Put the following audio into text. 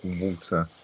water